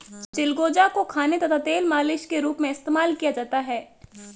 चिलगोजा को खाने तथा तेल मालिश के रूप में इस्तेमाल किया जाता है